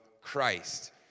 Christ